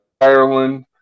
Ireland